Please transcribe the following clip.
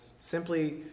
simply